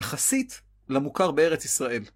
יחסית למוכר בארץ ישראל.